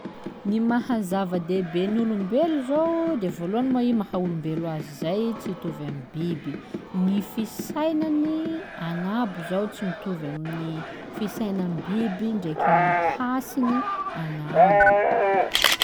Gny maha zava-dehibe ny olombelo zô de vôlohany mô iha maha olombelo azy zay tsy hitovy amy biby; gny fisainany agnabo zao tsy mitovy amin'ny fisainam-biby ndreky gny hasiny agnabo.